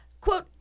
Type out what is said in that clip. Quote